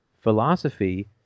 Philosophy